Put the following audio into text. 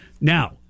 Now